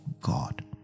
God